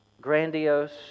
grandiose